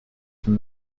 from